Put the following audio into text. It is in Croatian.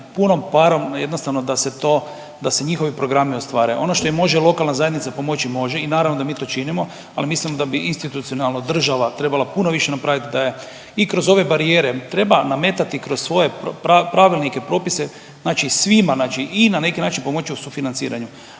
punom parom, jednostavno da se to, da se njihovi programi ostvare. Ono što im može lokalna zajednica pomoći može i naravno da mi to činimo, ali mislimo da bi institucionalno država trebala puno više napravit da je i kroz ove barijere treba nametati kroz svoje pravilnike i propise znači svima znači i na neki način pomoći u sufinanciranju.